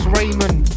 Raymond